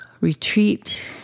Retreat